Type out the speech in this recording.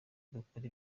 dukora